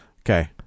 Okay